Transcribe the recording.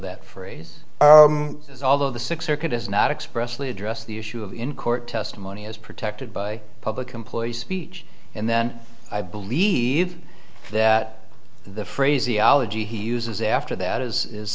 that phrase as although the six circuit has not expressly addressed the issue of in court testimony is protected by public employees speech and then i believe that the phraseology he uses after that is